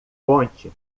ponte